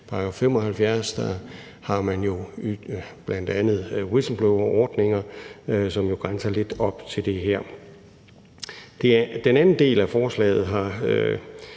§ 75. Der har man jo bl.a. whistleblowerordninger, som jo grænser lidt op til det her. Den anden del af forslaget